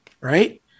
right